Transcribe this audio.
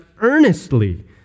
earnestly